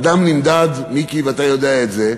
אדם נמדד, מיקי, ואתה יודע את זה,